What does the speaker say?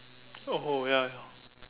oh ya ya